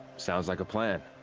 sounds like a plan.